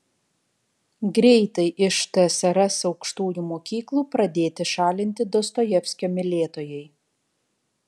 greitai iš tsrs aukštųjų mokyklų pradėti šalinti dostojevskio mylėtojai